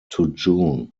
june